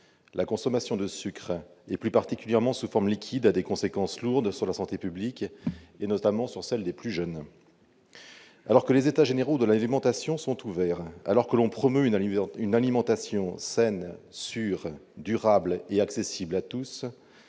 la consommation de sucre, plus particulièrement sous forme liquide, a des conséquences lourdes sur la santé publique, notamment sur la santé des plus jeunes. Alors que les états généraux de l'alimentation sont ouverts, alors que l'on promeut une alimentaire saine, sûre, durable et accessible à tous,